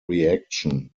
reaction